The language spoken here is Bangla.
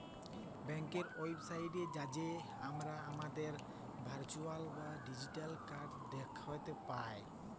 ব্যাংকের ওয়েবসাইটে যাঁয়ে আমরা আমাদের ভারচুয়াল বা ডিজিটাল কাড় দ্যাখতে পায়